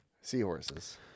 seahorses